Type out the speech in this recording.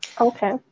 Okay